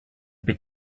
bit